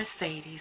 Mercedes